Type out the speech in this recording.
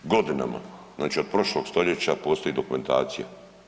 Godinama, znači od prošlog stoljeća postoji dokumentacija.